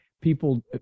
People